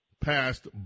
passed